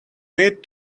need